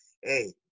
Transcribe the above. hey